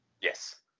Yes